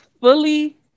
fully